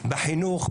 בחינוך,